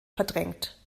verdrängt